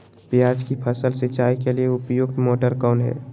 प्याज की फसल सिंचाई के लिए उपयुक्त मोटर कौन है?